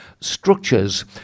structures